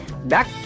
back